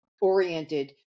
oriented